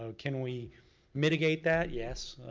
so can we mitigate that? yes,